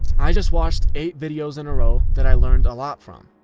i just watched eight videos in a row that i learned a lot from.